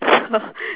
so